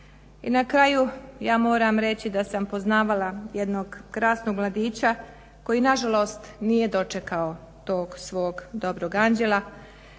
i na kraju ja moram reći da sam poznavala jednog krasnog mladića koji nažalost nije dočekao tog svog dobrog anđela.